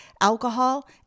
alcohol